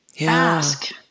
Ask